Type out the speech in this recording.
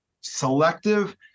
selective